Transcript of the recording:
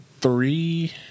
three